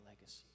legacy